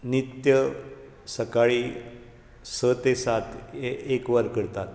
नित्य सकाळीं स ते सात एक वर करतात